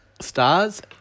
Stars